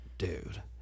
Dude